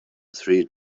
three